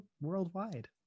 worldwide